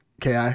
Ki